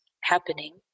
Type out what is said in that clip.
happening